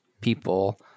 people